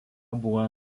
buvo